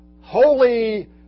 holy